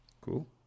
Cool